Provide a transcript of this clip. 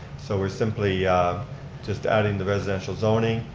so we're simply just adding the residential zoning,